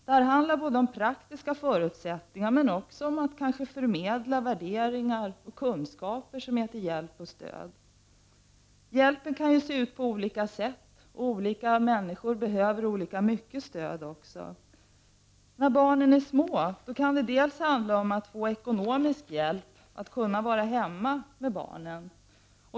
Det handlar om att både ge praktiska förutsättningar och att förmedla värderingar och kunskaper som är till hjälp och stöd. Hjälpen kan se ut på olika sätt, och olika människor behöver olika mycket stöd. När barnen är små kan det bl.a. handla om att få ekonomisk hjälp att vara hemma med barnen.